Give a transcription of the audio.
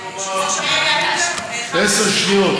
עשר שניות.